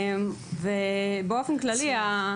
באופן כללי,